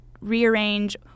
rearrange